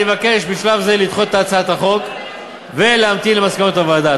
אני מבקש בשלב זה לדחות את הצעת החוק ולהמתין למסקנות הוועדה.